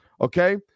Okay